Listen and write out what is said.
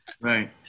right